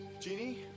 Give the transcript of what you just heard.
Genie